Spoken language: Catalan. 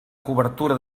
cobertura